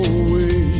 away